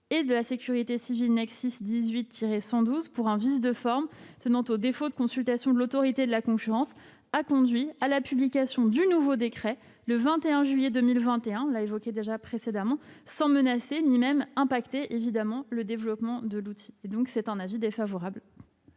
et de la sécurité civile NexSIS 18-112 pour un vice de forme tenant au défaut de consultation de l'autorité de la concurrence a conduit à la publication d'un nouveau décret le 21 juillet 2021, sans menacer ou impacter le développement de l'outil. L'avis du